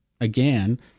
again